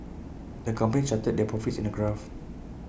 the company charted their profits in A graph